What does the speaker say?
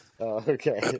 Okay